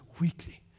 weekly